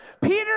Peter